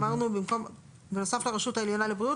אמרנו בנוסף לרשות העליונה לבריאות